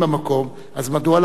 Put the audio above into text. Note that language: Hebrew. אז מדוע להרוס את הבניינים?